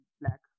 black